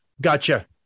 gotcha